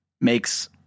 makes